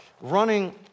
running